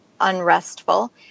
unrestful